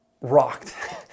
rocked